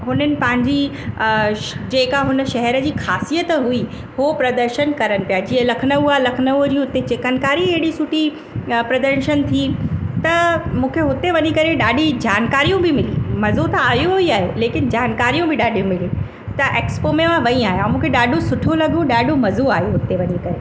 हुननि पंहिंजी जेका हुन शहर जी खासियतु हुई हो प्रदर्शन करण पिया जीअं लखनऊ आहे लखनऊ जी उते चिकन कारी एडी सुठी या प्रदर्शन थी त मूंखे हुते वञी करे ॾाढी जानकारियूं बि मिली मजो त आयो ई आयो लेकिन जानकारियूं बि ॾाढी मिली त एक्सपो में मां वई आहियां मूंखे ॾाढो सुठो लॻो ॾाढो मजो आयो उते वञी करे